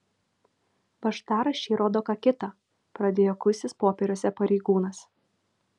važtaraščiai rodo ką kita pradėjo kuistis popieriuose pareigūnas